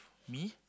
me